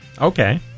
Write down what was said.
Okay